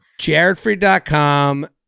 jaredfree.com